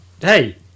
hey